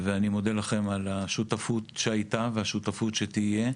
אני מודה לכם על השותפות שהיתה ועל השותפות שתהיה.